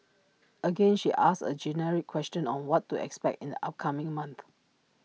again she asks A generic question on what to expect in the upcoming month